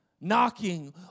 knocking